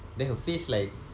then her face like